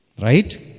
Right